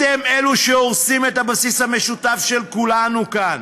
אתם אלה שהורסים את הבסיס המשותף של כולנו כאן.